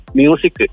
music